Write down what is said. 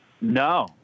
No